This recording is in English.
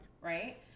Right